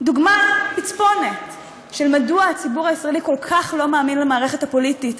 דוגמה פצפונת מדוע הציבור הישראלי כל כך לא מאמין למערכת הפוליטית,